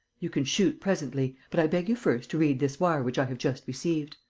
you can shoot presently but i beg you first to read this wire which i have just received.